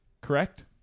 Correct